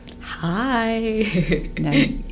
Hi